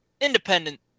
independent